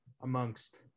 amongst